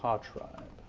um tribe.